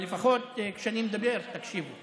אבל לפחות כשאני מדבר, תקשיבו.